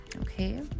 Okay